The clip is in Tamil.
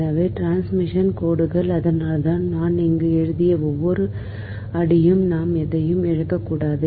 எனவே டிரான்ஸ்மிஷன் கோடுகள் அதனால்தான் நான் இங்கு எழுதிய ஒவ்வொரு அடியும் நாம் எதையும் இழக்கக்கூடாது